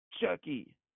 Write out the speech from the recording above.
Chucky